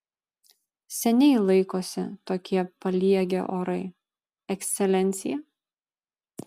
seniai laikosi tokie paliegę orai ekscelencija